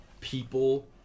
people